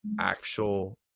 actual